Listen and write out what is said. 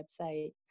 website